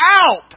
out